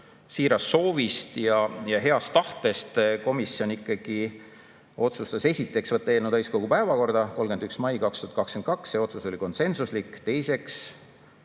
siirast soovist ja heast tahtest, komisjon ikkagi otsustas, esiteks, võtta eelnõu täiskogu päevakorda 31. mail 2022, see otsus oli konsensuslik, aga teiseks